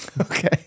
Okay